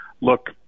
Look